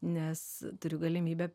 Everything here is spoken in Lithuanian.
nes turiu galimybę